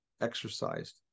exercised